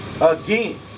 Again